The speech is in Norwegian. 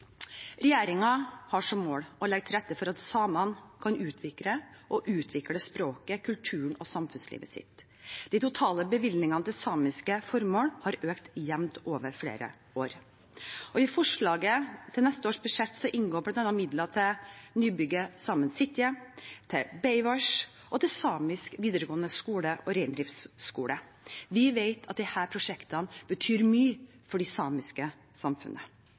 har som mål å legge til rette for at samene kan utvikle språket, kulturen og samfunnslivet sitt. De totale bevilgningene til samiske formål har økt jevnt over flere år. I forslaget til neste års budsjett inngår bl.a. midler til nybygget Saemien Sitje, til Beaivvás og til Samisk videregående skole og reindriftsskole. Vi vet at disse prosjektene betyr mye for det samiske samfunnet.